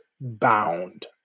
bound